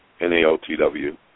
N-A-O-T-W